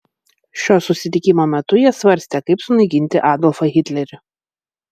šio susitikimo metu jie svarstė kaip sunaikinti adolfą hitlerį